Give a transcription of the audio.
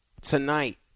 Tonight